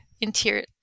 interior